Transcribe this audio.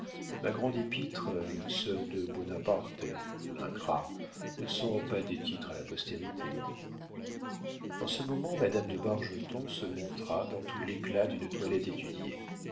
ma grande épître à une sœur de buonaparte l'ingrat ne sont pas des titres à la postérité en ce moment madame de bargeton se montra dans tout l'éclat d'une toilette étudiée